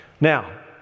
Now